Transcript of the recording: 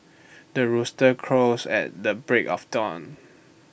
the rooster crows at the break of dawn